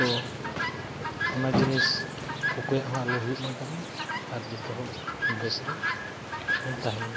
ᱛᱚ ᱚᱱᱟ ᱡᱤᱱᱤᱥ ᱚᱠᱚᱭᱟᱜ ᱦᱚᱸ ᱟᱞᱚ ᱦᱩᱭᱩᱜᱢᱟ ᱛᱟᱵᱚᱱ ᱟᱨ ᱡᱚᱛᱚ ᱦᱚᱲ ᱵᱮᱥ ᱨᱮ ᱵᱚᱱ ᱛᱟᱦᱮᱱᱢᱟ